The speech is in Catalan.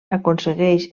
aconsegueix